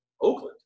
Oakland